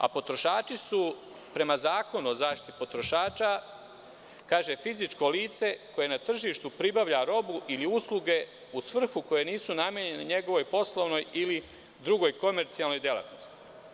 A potrošači su, prema Zakonu o zaštiti potrošača, fizičko lice koje na tržištu pribavlja robu ili usluge u svrhe koje nisu namenjene njegovoj poslovnoj ili drugoj komercijalnoj delatnosti.